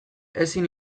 ezin